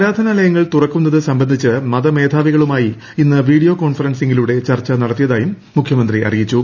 ആര്മാധനാലയങ്ങൾ തുറക്കുന്നത് സംബന്ധിച്ച് മതമേധാവികളുമായി ഇന്ന് വീഡിയോ കോൺഫറൻസിംഗിലൂടെ ക്ടർച്ചു നടത്തിയതായും മുഖ്യമന്ത്രി അറിയിച്ചു